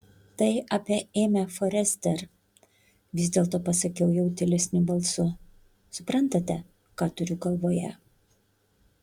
tai apie ėmę forester vis dėlto pasakau jau tylesniu balsu suprantate ką turiu galvoje